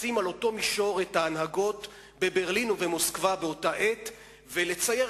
לשים על אותו מישור את ההנהגות בברלין ובמוסקבה באותה עת ולצייר